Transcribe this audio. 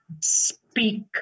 speak